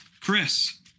Chris